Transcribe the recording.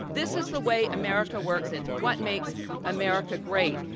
this is the way america works. it's what makes america great.